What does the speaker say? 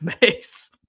base